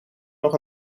nog